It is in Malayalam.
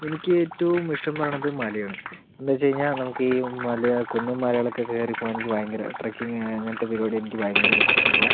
എനിക്കേറ്റവും ഇഷ്ടം എന്നു പറയണത് മലയാണ് എന്താണെന്നു വച്ച് കഴിഞ്ഞാൽ നമുക്ക് ഈ മലയും കുന്നും മലകളൊക്കെ കയറിപ്പോകാൻ എനിക്ക് ഭയങ്കര ട്രക്കിംഗ് അങ്ങനത്തെ പരിപാടി എനിക്ക് ഭയങ്കര ഇഷ്ടമുള്ള